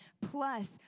plus